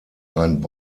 ein